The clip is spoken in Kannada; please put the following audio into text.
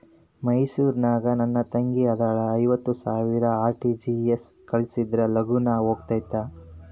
ಮೈಸೂರ್ ನಾಗ ನನ್ ತಂಗಿ ಅದಾಳ ಐವತ್ ಸಾವಿರ ಆರ್.ಟಿ.ಜಿ.ಎಸ್ ಕಳ್ಸಿದ್ರಾ ಲಗೂನ ಹೋಗತೈತ?